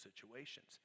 situations